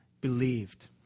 believed